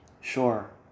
Sure